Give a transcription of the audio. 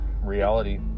reality